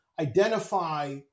identify